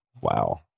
wow